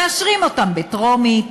מאשרים אותן בטרומית,